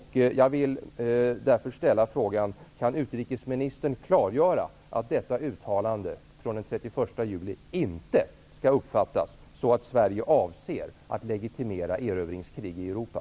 Jag vill därför ställa frågan: Kan utrikesministern klargöra att uttalandet från den 31 juli inte skall uppfattas som att Sverige avser att legitimera erövringskrig i Europa?